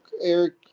Eric